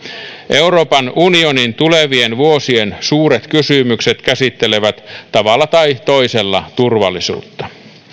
euroopan unionin tulevien vuosien suuret kysymykset käsittelevät tavalla tai toisella turvallisuutta